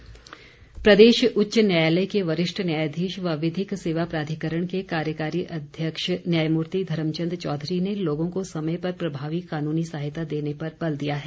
न्यायाधीश प्रदेश उच्च न्यायालय के वरिष्ठ न्यायाधीश व विधिक सेवा प्राधिकरण के कार्यकारी अध्यक्ष न्यायमूर्ति धर्मचंद चौधरी ने लोगों को समय पर प्रभावी कानूनी सहायता देने पर बल दिया है